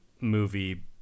movie